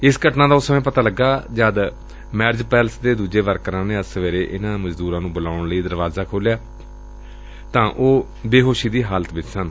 ਇਸ ਘਟਨਾ ਦਾ ਉਸ ਸਮੇਂ ਪਤਾ ਲੱਗਾ ਜਦ ਮੈਰਿਜ ਪੈਲਿਸ ਦੇ ਦੂਜੇ ਵਰਕਰਾਂ ਨੇ ਅੱਜ ਸਵੇਰੇ ਇਨ੍ਹਾਂ ਮਜ਼ਦੂਰਾਂ ਨੂੰ ਬੁਲਾਉਣ ਲਈ ਦਰਵਾਜ਼ਾ ਖੋਲ੍ਹਿਆ ਤੇ ਉਹ ਬੇਹੋਸ਼ੀ ਦੀ ਹਾਲਤ ਵਿਚ ਸਨ